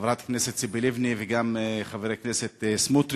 חברת הכנסת ציפי לבני, וגם את חבר הכנסת סמוטריץ,